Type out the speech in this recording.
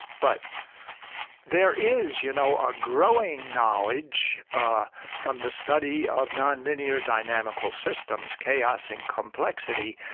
but there is you know a growing knowledge ah from the study of nonlinear dynamical systems, chaos and complexity,